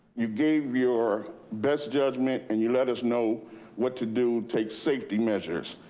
you gave your best judgment and you let us know what to do, take safety measures.